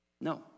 No